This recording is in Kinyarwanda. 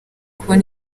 kubona